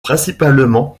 principalement